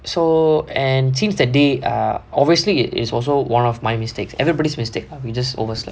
so and teams that day err obviously it is also one of my mistakes everybody's mistake we just overslept